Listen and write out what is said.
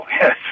yes